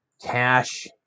Cash